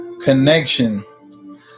connection